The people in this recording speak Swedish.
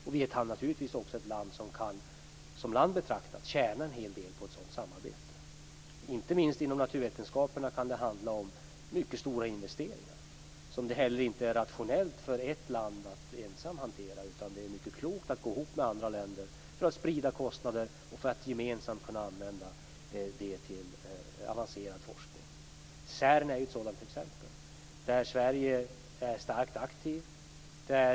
Sverige är naturligtvis ett land som kan tjäna en hel del på ett sådant samarbete. Inte minst inom naturvetenskapen kan det handla om mycket stora investeringar som det inte är rationellt för ett land ensamt att hantera. Det är i stället mycket klokt att gå ihop med andra länder för att sprida kostnader och gemensamt använda investeringarna till avancerad forskning. CERN är ett sådant exempel där Sverige är starkt aktivt.